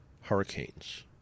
hurricanes